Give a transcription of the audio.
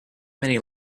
many